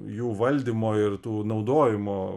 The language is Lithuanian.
jų valdymo ir tų naudojimo